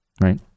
right